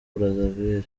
brazzaville